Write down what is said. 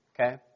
Okay